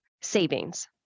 savings